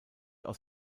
aus